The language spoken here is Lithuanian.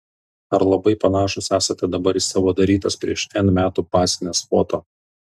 ar labai panašūs esate dabar į savo darytas prieš n metų pasines foto